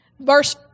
Verse